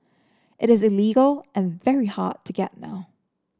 it is illegal and very hard to get now